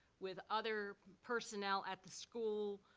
with other personnel at the school,